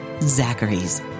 Zachary's